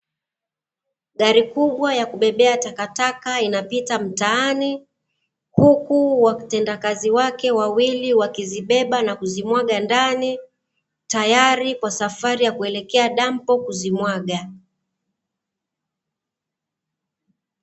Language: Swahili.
Gari kubwa ya kubebea takataka inapita mtaani, huku watenda kazi wake wawili wakizibeba na kuzimwaga ndani, tayari kwa safari ya kuelekea dampo kuzimwaga.